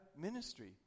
ministry